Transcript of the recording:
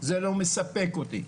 זה לא מספק אותי.